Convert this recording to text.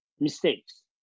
Mistakes